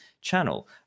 channel